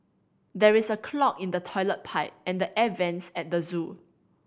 there is a clog in the toilet pipe and the air vents at the zoo